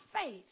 faith